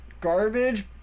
garbage